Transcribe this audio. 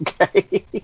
okay